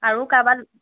আৰু কাৰোবাক